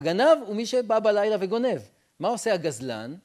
גנב הוא מי שבא בלילה וגונב. מה עושה הגזלן?